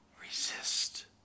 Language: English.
Resist